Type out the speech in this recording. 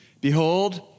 Behold